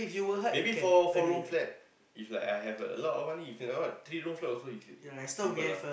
maybe four four room flat if like I have a lot of money if not three room flat also it's simple lah